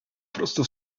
prosto